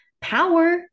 power